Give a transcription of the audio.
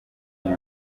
you